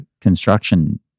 construction